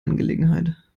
angelegenheit